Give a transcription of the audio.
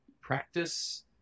practice